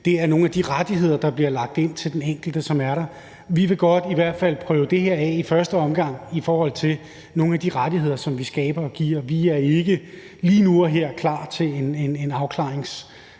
det er nogle af de rettigheder, der bliver lagt ind til den enkelte, som er der. Vi vil i hvert fald godt prøve det her af i første omgang i forhold til nogle af de rettigheder, som vi skaber og giver. Vi er ikke lige nu og her klar til en afklaringsgaranti